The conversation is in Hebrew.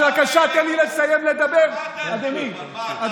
אז בבקשה תן לי לסיים לדבר, אדוני.